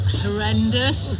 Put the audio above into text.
horrendous